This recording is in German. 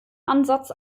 ansatz